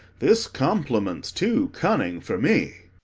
this complement too cunning for me.